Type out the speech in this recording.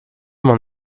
m’en